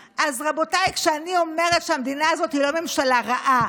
אז אמרת: לא היה אף שר ואף פעם לא היה.